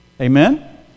Amen